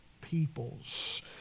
peoples